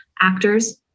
actors